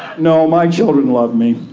no, my children love me.